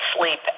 sleep